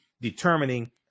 determining